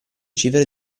cifre